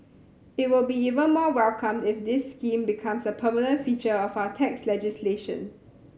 it will be even more welcomed if this scheme becomes a permanent feature of our tax legislation